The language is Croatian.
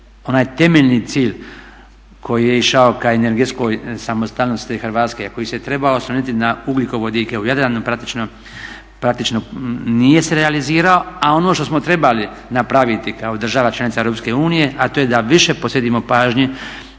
onaj temeljni cilj koji je išao ka energetskoj samostalnosti Hrvatske, a koji se trebao osloniti na ugljikovodike u Jadranu praktično nije se realizirao. A ono što smo trebali napraviti kao država članica EU, a to je da više pažnje